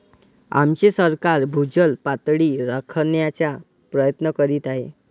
आमचे सरकार भूजल पातळी राखण्याचा प्रयत्न करीत आहे